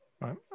Right